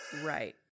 right